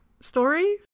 story